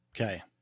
Okay